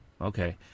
okay